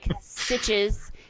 stitches